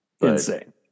insane